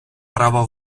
право